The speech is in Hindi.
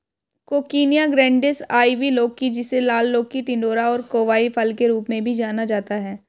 कोकिनिया ग्रैंडिस, आइवी लौकी, जिसे लाल लौकी, टिंडोरा और कोवाई फल के रूप में भी जाना जाता है